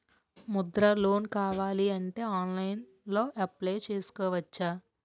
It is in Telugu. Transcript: ముద్రా లోన్ కావాలి అంటే ఆన్లైన్లో అప్లయ్ చేసుకోవచ్చా?